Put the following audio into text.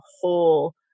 whole